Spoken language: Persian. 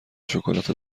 شکلات